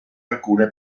alcune